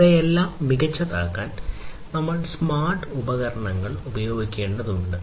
ഇവയെല്ലാം മികച്ചതാക്കാൻ നമ്മൾ സ്മാർട്ട് ഉപകരണങ്ങൾ ഉപയോഗിക്കേണ്ടതുണ്ട്